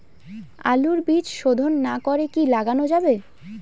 আলুর বীজ শোধন না করে কি লাগানো যাবে?